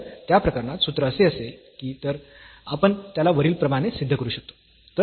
तर त्या प्रकरणात सूत्र असे असेल की तर आपण त्याला वरीलप्रमाणे सिद्ध करू शकतो